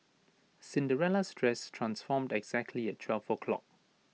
Cinderella's dress transformed exactly at twelve o'clock